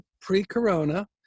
pre-corona